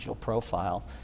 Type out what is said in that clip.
profile